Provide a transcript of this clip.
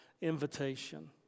invitation